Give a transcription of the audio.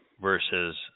versus